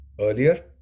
earlier